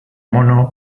mono